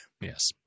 Yes